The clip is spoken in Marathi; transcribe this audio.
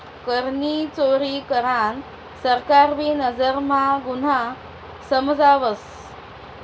करनी चोरी करान सरकार भी नजर म्हा गुन्हा समजावस